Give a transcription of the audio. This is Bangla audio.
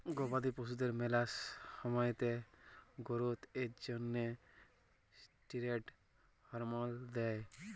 গবাদি পশুদের ম্যালা সময়তে গোরোথ এর জ্যনহে ষ্টিরেড হরমল দেই